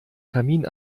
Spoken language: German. kamin